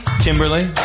Kimberly